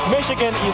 Michigan